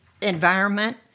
environment